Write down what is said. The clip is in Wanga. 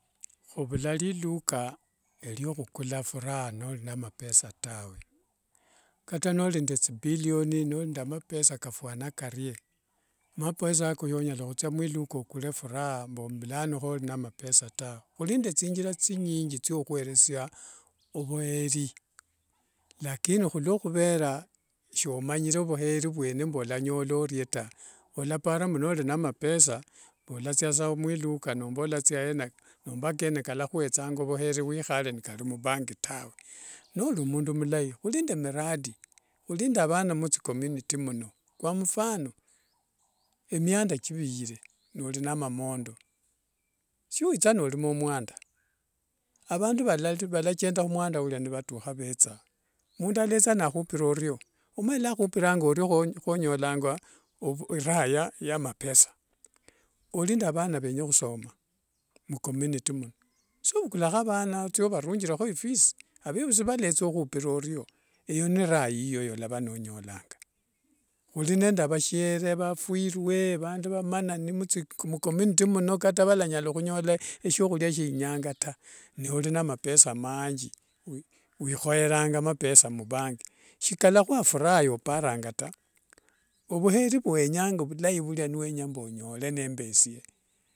Khuvula kikhuka eliakhukula ifura noli nende mapesa tawe. Kata noli nende thibillion nolinende mapesa kafwana karie mapesa ako so nyala khuthia mwiluka khukula furaa tawe mbulano kholi na mapesa tawe. Khuli nende thinjira thinyingi ethiouhueresia ovuyeri lakini okhuvera shomanyire vukheri vwene walanyola orie taa, walapara noli nende mapesa walathiasa mwiluka nomba walathia yena nomba kene kalahwethanga vukheri niwikhala nikali mbank tawe. Nolimundu mulai khuli nende miradi khuli nende avana mthicommunity muno, kwa mfano emianda chiviyire nolina mangondo shiwicha nolima omwanda. Avandu valachenda khumwanda ula nivatukha nivetha. Mundu yaletha nakhupira orio omanye nga akhuiranga orio khonyolanga ira ya mapesa. Khuli nende avana venya khusoma mcommunity mno sovukulakho avana othie ovarungirekho ifisi, avevusi waletha ukhupira orio eyo n ira yiyo yawalava nonyolanga. Khuli nende vashiere, vafwirue, vamanani mthicommunity muno kata valanyala khunyola eshiakhulia shie inyanga taa noli na mapesa amanji wikhoyeranga mapesa mbank sikalakhua ifura yualaparanga taa. Ovukheri vwenyanga vhulai vulia vwenyanga mbu onyole, nembesie.